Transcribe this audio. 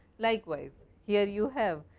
likewise, here you have,